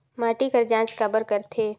माटी कर जांच काबर करथे?